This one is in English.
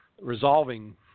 resolving